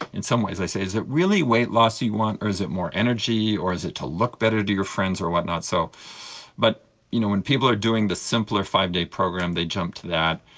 in some ways i say is it really weight loss you want or is it more energy or is it to look better to your friends or whatnot. so but you know when people are doing the simpler five-day program they jump to that.